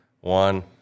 one